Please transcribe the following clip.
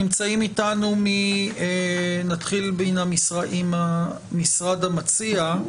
נמצאים איתנו, נתחיל עם המשרד המציע,